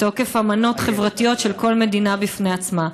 מתוקף אמנות חברתיות של כל מדינה בפני עצמה,